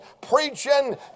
preaching